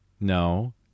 No